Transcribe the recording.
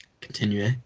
Continue